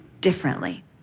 differently